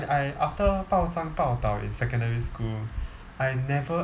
I after 报章报导 in secondary school I never